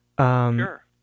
Sure